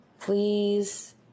Please